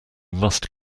must